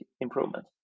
improvement